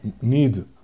need